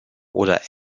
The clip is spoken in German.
oder